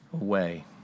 away